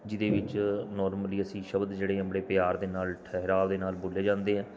ਜਿਹਦੇ ਵਿੱਚ ਨੋਰਮਲੀ ਅਸੀਂ ਸ਼ਬਦ ਜਿਹੜੇ ਆਪਣੇ ਪਿਆਰ ਦੇ ਨਾਲ਼ ਠਹਿਰਾਵ ਦੇ ਨਾਲ਼ ਬੋਲੇ ਜਾਂਦੇ ਹੈ